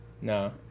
No